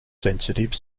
sensitive